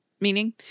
meaning